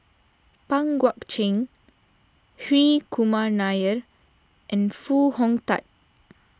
Pang Guek Cheng Hri Kumar Nair and Foo Hong Tatt